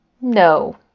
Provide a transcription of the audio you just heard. No